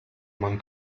man